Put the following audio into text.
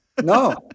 no